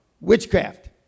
witchcraft